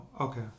okay